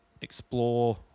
explore